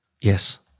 Yes